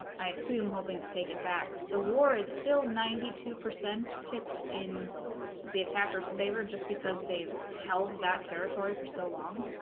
i assume hoping to take it back the war is still ninety two percent tipped in the attackers favor just because they've held that territory for so long